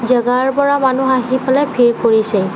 জেগাৰ পৰা মানুহ আহি পেলাই ভিৰ কৰিছেহি